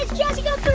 jazzy got the